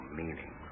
meaning